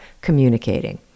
communicating